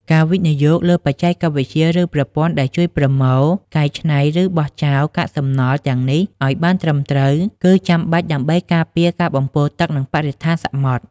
ការវិនិយោគលើបច្ចេកវិទ្យា ឬប្រព័ន្ធដែលជួយប្រមូល កែច្នៃ ឬបោះចោលកាកសំណល់ទាំងនេះឲ្យបានត្រឹមត្រូវ គឺចាំបាច់ដើម្បីការពារការបំពុលទឹក និងបរិស្ថានសមុទ្រ។